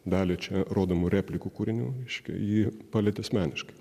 dalį čia rodomų replikų kūrinių reiškia jį palietė asmeniškai